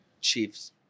Chiefs